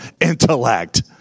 intellect